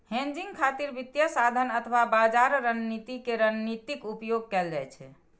hedging खातिर वित्तीय साधन अथवा बाजार रणनीति के रणनीतिक उपयोग कैल जाइ छै